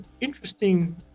interesting